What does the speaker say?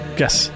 yes